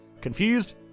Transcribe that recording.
Confused